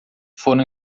foram